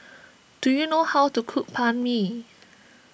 do you know how to cook Banh Mi